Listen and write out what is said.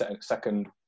second